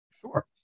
Sure